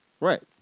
Right